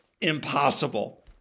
impossible